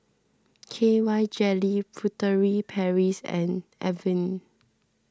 K Y Jelly Furtere Paris and Avene